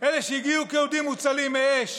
אלה שהגיעו כאודים מוצלים מאש,